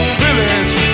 village